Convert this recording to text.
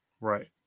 Right